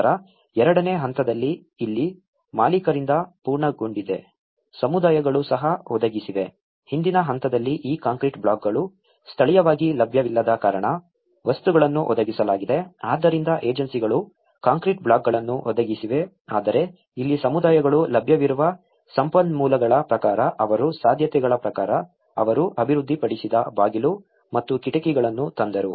ನಂತರ ಎರಡನೇ ಹಂತದಲ್ಲಿ ಇಲ್ಲಿ ಮಾಲೀಕರಿಂದ ಪೂರ್ಣಗೊಂಡಿದೆ ಸಮುದಾಯಗಳು ಸಹ ಒದಗಿಸಿವೆ ಹಿಂದಿನ ಹಂತದಲ್ಲಿ ಈ ಕಾಂಕ್ರೀಟ್ ಬ್ಲಾಕ್ಗಳು ಸ್ಥಳೀಯವಾಗಿ ಲಭ್ಯವಿಲ್ಲದ ಕಾರಣ ವಸ್ತುಗಳನ್ನು ಒದಗಿಸಲಾಗಿದೆ ಆದ್ದರಿಂದ ಏಜೆನ್ಸಿಗಳು ಕಾಂಕ್ರೀಟ್ ಬ್ಲಾಕ್ಗಳನ್ನು ಒದಗಿಸಿವೆ ಆದರೆ ಇಲ್ಲಿ ಸಮುದಾಯಗಳು ಲಭ್ಯವಿರುವ ಸಂಪನ್ಮೂಲಗಳ ಪ್ರಕಾರ ಅವರ ಸಾಧ್ಯತೆಗಳ ಪ್ರಕಾರ ಅವರು ಅಭಿವೃದ್ಧಿಪಡಿಸಿದ ಬಾಗಿಲು ಮತ್ತು ಕಿಟಕಿಗಳನ್ನು ತಂದರು